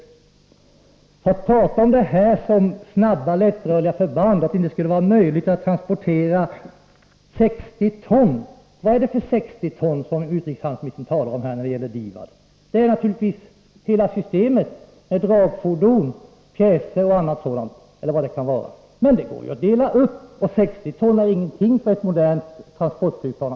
Utrikeshandelsministern hävdar som sagt att det är fråga om snabba och lättrörliga förband, för vilka det skulle vara omöjligt att transportera laster på 60 ton. Vad är det för 60 ton som utrikeshandelsministern talar om när det gäller DIVAD? Det är naturligtvis hela systemet med dragfordon, pjäser och 13 annat. Det går att dela upp systemet. 60 ton är ju ingenting för ett modernt transportflygplan.